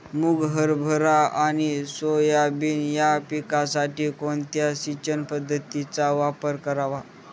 मुग, हरभरा आणि सोयाबीन या पिकासाठी कोणत्या सिंचन पद्धतीचा वापर करावा?